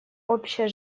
общее